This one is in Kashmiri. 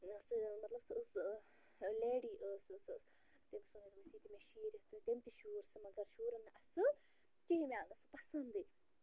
یاسا مَطلَب سُہ ٲس سۅ لیڈی ٲس سۄ تٔمِس ووٚن مےٚ دِ یہِ شیٖرِتھ تٔمۍ تہِ شوٗر سُہ مَگر شوٗرُن نہٕ اَصٕل کِہیٖنۍ نا مےٚ آو نہٕ سُہ پَسَنٛدٕے